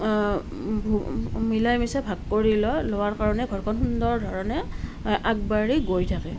মিলাই মিচাই ভাগ কৰি লয় লোৱাৰ কাৰণে ঘৰখন সুন্দৰ ধৰণে আগবাঢ়ি গৈ থাকে